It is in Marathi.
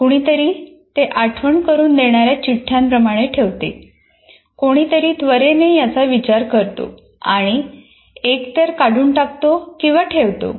कुणीतरी ते आठवण करून देणाऱ्या चिठ्ठ्या प्रमाणे ठेवते कोणीतरी त्वरेने याचा विचार करतो आणि एकतर काढून टाकतो किंवा ठेवतो